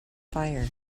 fire